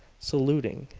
saluting,